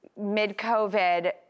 mid-COVID